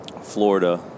florida